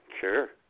Sure